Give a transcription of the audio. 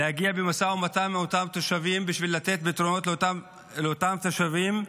להגיע למשא ומתן עם אותם תושבים בשביל לתת פתרונות לאותם תושבים,